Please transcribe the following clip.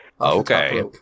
Okay